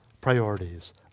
priorities